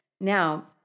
Now